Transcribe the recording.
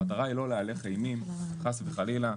המטרה היא לא להלך אימים חס וחלילה,